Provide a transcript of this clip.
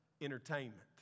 entertainment